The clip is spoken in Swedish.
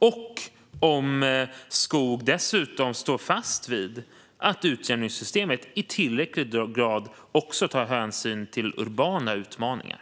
Står Skog dessutom fast vid att utjämningssystemet i tillräcklig grad också tar hänsyn till urbana utmaningar?